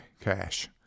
cash